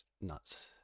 Nuts